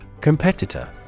Competitor